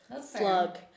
slug